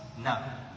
No